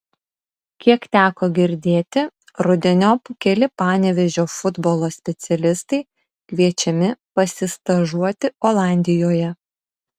kiek teko girdėti rudeniop keli panevėžio futbolo specialistai kviečiami pasistažuoti olandijoje